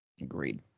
Agreed